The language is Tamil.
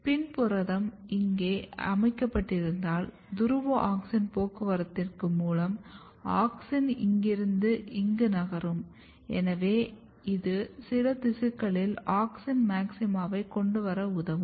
PIN புரதம் இங்கே அமைக்கப்பட்டிருந்தால் துருவ ஆக்ஸின் போக்குவரத்துக்கு மூலம் ஆக்ஸின் இங்கிருந்து இங்கு நகரும் எனவே இது சில திசுக்களில் ஆக்ஸின் மாக்ஸிமாவை கொண்டுவர உதவும்